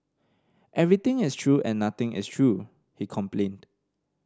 everything is true and nothing is true he complained